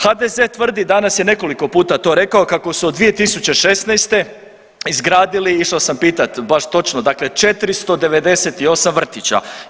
HDZ tvrdi, danas je nekoliko puta to rekao, kako su od 2016. izgradili, išao sam pitati baš točno, dakle 498 vrtića.